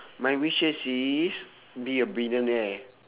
my wishes is be a billionaire